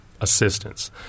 assistance